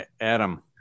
Adam